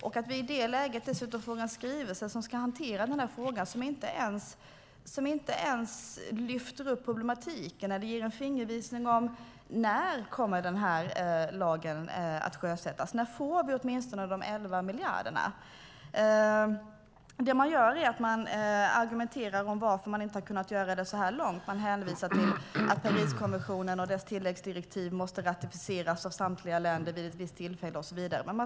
I det läget får vi dessutom en skrivelse för att hantera frågan - en skrivelse där man inte ens lyfter fram problematiken eller ger en fingervisning om när lagen kommer att sjösättas eller åtminstone om när vi får de 11 miljarderna. Det man gör är att man argumenterar om varför man så här långt inte kunnat göra det här. Man hänvisar till att Pariskonventionen och dess tilläggsdirektiv måste ratificeras av samtliga länder vid ett visst tillfälle och så vidare.